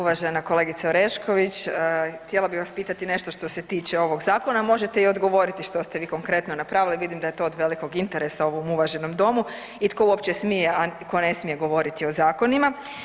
Uvažena kolegice Orešković, htjela bi vas pitati nešto što se tiče ovog zakona, a možete i odgovoriti što ste vi konkretno napravili, vidim da je to od velikog interesa u ovom uvaženom domu i tko uopće smije, a ko ne smije govoriti o zakonima.